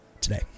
today